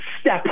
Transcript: step